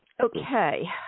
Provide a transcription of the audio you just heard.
Okay